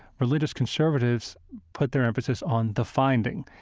religious conservatives put their emphasis on the finding.